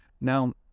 Now